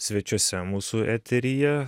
svečiuose mūsų eteryje